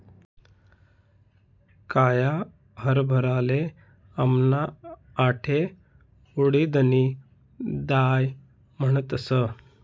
काया हरभराले आमना आठे उडीदनी दाय म्हणतस